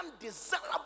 undesirable